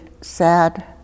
sad